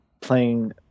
playing